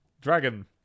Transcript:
dragon